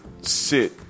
Sit